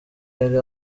yari